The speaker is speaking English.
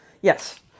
Yes